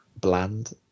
bland